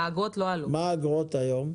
מה גובה האגרות היום?